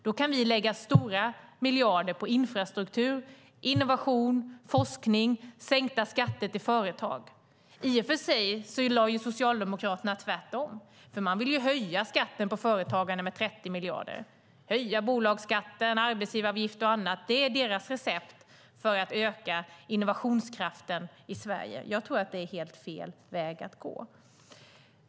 Då kan vi lägga stora miljarder på infrastruktur, innovation, forskning och sänkta skatter till företag. I och för sig gör Socialdemokraterna tvärtom, för man vill ju höja skatten på företagande med 30 miljarder, höja bolagsskatten, arbetsgivaravgifter och annat. Det är deras recept för att öka innovationskraften i Sverige. Jag tror att det är helt fel väg att gå.